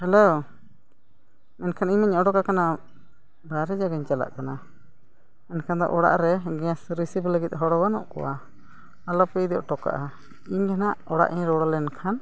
hello ᱢᱮᱱᱠᱷᱟᱱ ᱤᱧᱤᱧ ᱩᱰᱩᱠ ᱟᱠᱟᱱᱟ ᱵᱟᱦᱨᱮ ᱡᱚᱝ ᱤᱧ ᱪᱟᱞᱟᱜ ᱠᱟᱱᱟ ᱮᱱᱠᱷᱟᱱ ᱫᱚ ᱚᱲᱟᱜ ᱨᱮ ᱜᱮᱥ ᱨᱤᱥᱤᱵᱽ ᱞᱟᱹᱜᱤᱫ ᱦᱚᱲ ᱵᱟᱹᱱᱩᱜ ᱠᱚᱣᱟ ᱟᱞᱚᱯᱮ ᱤᱫᱤ ᱦᱚᱴᱚ ᱠᱟᱜᱼᱟ ᱤᱧ ᱜᱮ ᱦᱟᱸᱜ ᱚᱲᱟᱜ ᱤᱧ ᱨᱩᱣᱟᱹᱲ ᱞᱮᱱᱠᱷᱟᱱ